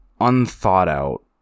unthought-out